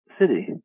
city